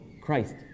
Christ